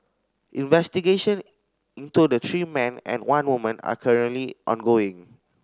investigation into the three men and one woman are currently ongoing